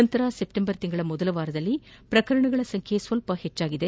ನಂತರ ಸೆಪ್ಟೆಂಬರ್ ತಿಂಗಳ ಮೊದಲ ವಾರದಲ್ಲಿ ಪ್ರಕರಣಗಳ ಸಂಬ್ಯೆ ಸ್ವಲ್ಪ ಹೆಚ್ಚಾಗಿದೆ